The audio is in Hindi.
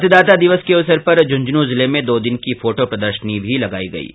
मतदाता दिवस के अवसर पर झुन्झुनूं जिले में दो दिन की फोटो प्रदर्शनी भी लगाई गई है